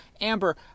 Amber